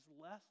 less